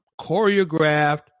choreographed